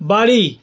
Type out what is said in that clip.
বাড়ি